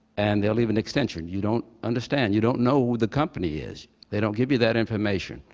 and they'll leave an extension. you don't understand. you don't know who the company is. they don't give you that information.